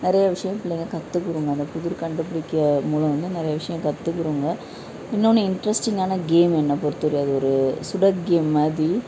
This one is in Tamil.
நிறையா விஷயம் பிள்ளைங்க கற்றுக்கிருங்க அந்த புதிர் கண்டுபிடிக்கிறது மூலம் வந்து நிறைய விஷயம் கற்றுக்கிருங்க இன்னொன்று இன்ட்ரஸ்டிங்கான கேம் என்னை பொறுத்த அளவு ஒரு சுடர் கேம் மாதிரி